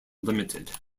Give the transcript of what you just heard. limited